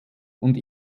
und